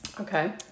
Okay